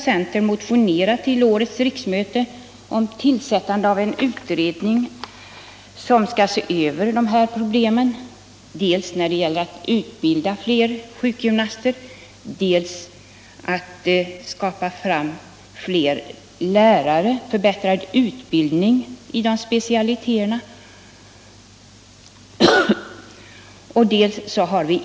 Centerpartiet har till årets riksmöte motionerat om tillsättande av en utredning med syfte att se över detta problem, dels när det gäller att utbilda fler sjukgymnaster, dels när det gäller att få fler lärare med en förbättrad utbildning i sjukgymnastiska specialiteter.